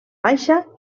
baixa